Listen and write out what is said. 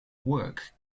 work